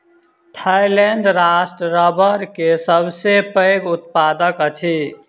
Thailand राष्ट्र रबड़ के सबसे पैघ उत्पादक अछि